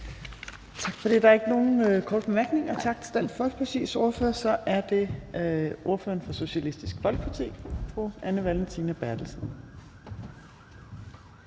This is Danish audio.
Tak for det. Der er ikke nogen korte bemærkninger. Tak til Dansk Folkepartis ordfører. Så er det ordføreren for Socialistisk Folkeparti, fru Anne Valentina Berthelsen.